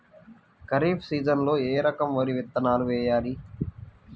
ఖరీఫ్ సీజన్లో ఏ రకం వరి విత్తనాలు వేయాలి?